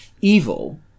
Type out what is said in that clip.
Evil